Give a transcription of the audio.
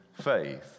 faith